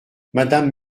madame